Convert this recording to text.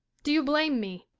do you blame me?